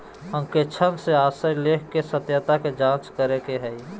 अंकेक्षण से आशय लेख के सत्यता के जांच करे के हइ